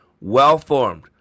well-formed